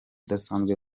udasanzwe